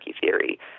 theory